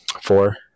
four